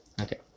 Okay